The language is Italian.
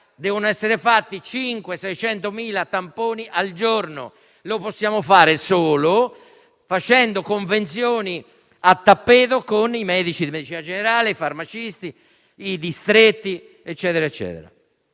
Devono essere fatti 500.000 o 600.000 tamponi al giorno e possiamo riuscirci solo facendo convenzioni a tappeto con i medici di medicina generale, i farmacisti, i distretti, eccetera.